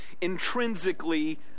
intrinsically